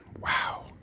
wow